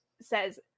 says